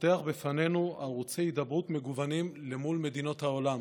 פותחים בפנינו ערוצי הידברות מגוונים מול מדינות העולם.